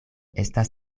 estas